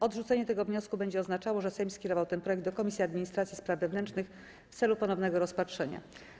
Odrzucenie tego wniosku będzie oznaczało, że Sejm skierował ten projekt do Komisji Administracji i Spraw Wewnętrznych w celu ponownego rozpatrzenia.